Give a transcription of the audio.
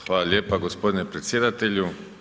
Hvala lijepa gospodine predsjedatelju.